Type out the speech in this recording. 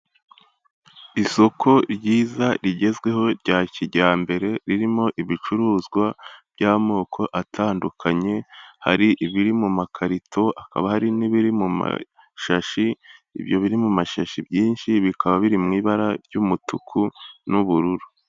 Isoko ryiza rigezweho rya kijyambere ririmo ibicuruzwa by'amoko atandukanye, hari ibiri mu makarito hakaba hari n'ibiri mu mashashi, ibyo biri mu mashashi ibyinshi bikaba biri mu ibara ry'umutuku n'ubururu.